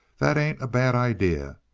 that ain't a bad idea.